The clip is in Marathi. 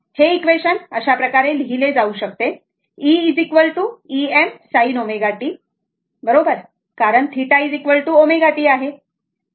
हे इक्वेशन अशाप्रकारे लिहिले जाऊ शकते e Em sin ω t बरोबर कारण θ ω t आहे